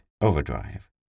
overdrive